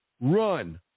run